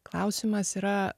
klausimas yra